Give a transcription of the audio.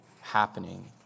happening